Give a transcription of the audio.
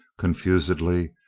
confusedly,